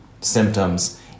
symptoms